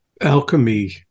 alchemy